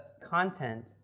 content